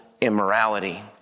immorality